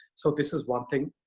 so this is one thing.